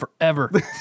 forever